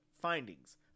findings